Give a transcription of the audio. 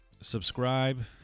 Subscribe